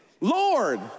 Lord